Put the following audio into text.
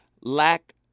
Lack